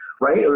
right